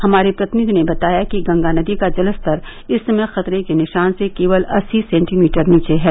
हमारे प्रतिनिधि ने बताया कि गंगा नदी का जलस्तर इस समय खतरे के निशान से केवल अस्सी सेंटीमीटर नीचे है